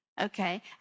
Okay